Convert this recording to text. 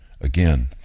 Again